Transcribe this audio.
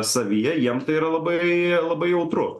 savyje jiems tai yra labai labai jautru